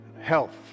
health